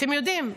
אתם יודעים.